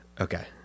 okay